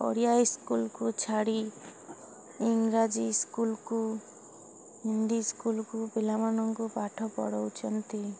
ଓଡ଼ିଆ ସ୍କୁଲକୁ ଛାଡ଼ି ଇଂରାଜୀ ସ୍କୁଲକୁ ହିନ୍ଦୀ ସ୍କୁଲକୁ ପିଲାମାନଙ୍କୁ ପାଠ ପଢ଼ଉଛନ୍ତି